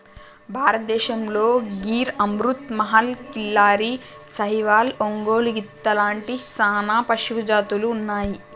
భారతదేసంతో గిర్ అమృత్ మహల్, కిల్లారి, సాహివాల్, ఒంగోలు గిత్త లాంటి సానా పశుజాతులు ఉన్నాయి